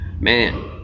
man